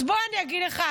אז בוא אני אגיד לך,